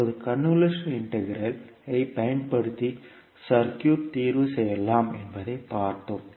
இப்போது convolution integral ஐ ஐ பயன்படுத்தி சர்க்யூட் க்கு தீர்வு செய்யலாம் என்பதை பார்த்தோம்